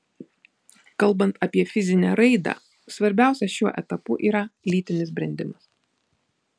kalbant apie fizinę raidą svarbiausia šiuo etapu yra lytinis brendimas